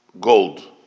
gold